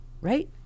right